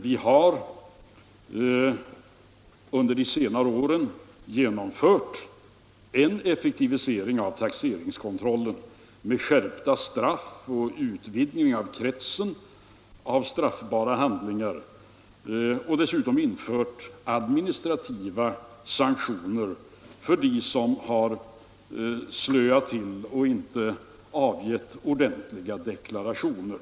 Vi har under senare år genomfört en effektivisering av taxeringskontrollen med skärpta straff och utvidgning av kretsen av straffbara handlingar samt dessutom infört administrativa sanktioner för dem som har slöat till och inte avgivit ordentliga deklarationer.